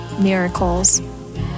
miracles